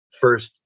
first